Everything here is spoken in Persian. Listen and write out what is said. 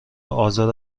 آزار